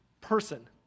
person